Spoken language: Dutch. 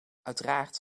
uiteraard